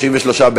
3),